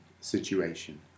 situation